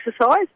exercise